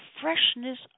freshness